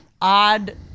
odd